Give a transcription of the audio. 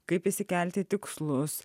kaip išsikelti tikslus